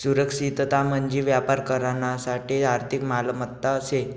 सुरक्षितता म्हंजी व्यापार करानासाठे आर्थिक मालमत्ता शे